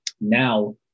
now